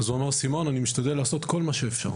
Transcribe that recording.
אז הוא אמר "סימון, אני משתדל לעשות כל מה שאפשר".